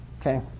Okay